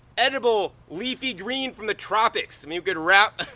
edible leafy green from the tropics. i mean, you could wrap